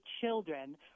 children